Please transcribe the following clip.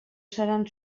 seran